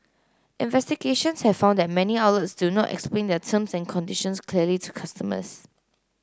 investigations have found that many outlets do not explain their terms and conditions clearly to customers